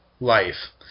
life